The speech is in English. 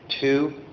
Two